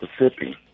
Mississippi